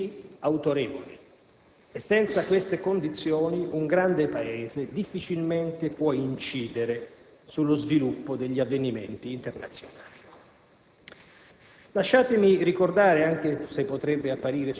È la condizione per essere riconoscibili, prevedibili, autorevoli: senza queste condizioni un grande Paese difficilmente può incidere sullo sviluppo degli avvenimenti internazionali.